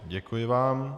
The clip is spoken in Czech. Děkuji vám.